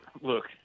look